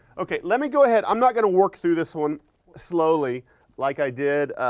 okay, let me go ahead i'm not going to work through this one slowly like i did